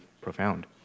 profound